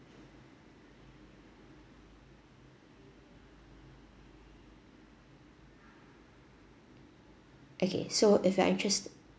okay so if you are interest~